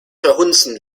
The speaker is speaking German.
verhunzen